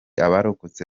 abarokotse